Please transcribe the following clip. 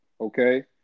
Okay